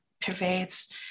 pervades